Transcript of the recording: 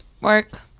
work